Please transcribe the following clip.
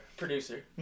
producer